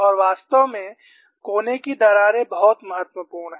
और वास्तव में कोने की दरारें बहुत महत्वपूर्ण हैं